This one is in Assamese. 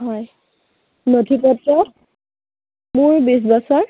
হয় নথি পত্ৰ মোৰ বিছ বছৰ